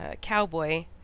cowboy